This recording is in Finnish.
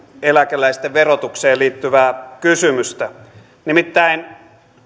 eläkeläisten verotukseen liittyvää kysymystä nimittäin